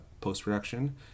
post-production